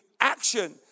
action